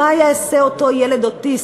מה יעשה אותו ילד אוטיסט,